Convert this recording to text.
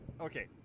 okay